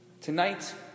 Tonight